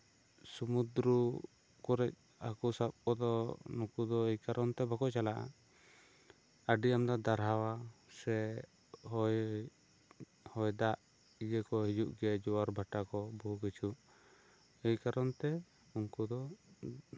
ᱥᱩᱢᱩᱫᱽᱫᱨᱩ ᱠᱚᱨᱮᱜ ᱦᱟᱹᱠᱩ ᱥᱟᱵ ᱠᱚᱫᱚ ᱱᱩᱠᱩ ᱫᱚ ᱮᱭ ᱠᱟᱨᱚᱱ ᱛᱮ ᱵᱟᱠᱚ ᱪᱟᱞᱟᱜᱼᱟ ᱟᱹᱰᱤ ᱟᱢᱫᱟ ᱫᱟᱨᱦᱟᱣᱟ ᱥᱮ ᱦᱚᱭ ᱦᱚᱭ ᱫᱟᱜ ᱤᱭᱟᱹ ᱠᱚ ᱦᱤᱡᱩᱜ ᱜᱮᱭᱟ ᱡᱳᱣᱟᱨ ᱵᱷᱟᱴᱟ ᱠᱚ ᱡᱷᱚᱛᱚ ᱠᱤᱪᱷᱩ ᱮᱭ ᱠᱟᱨᱚᱱ ᱛᱮ ᱩᱱᱠᱩ ᱫᱚ